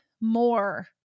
more